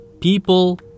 people